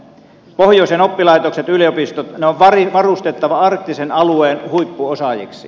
pohjoisen oppilaitokset yliopistot on varustettava arktisen alueen huippuosaajiksi